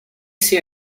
see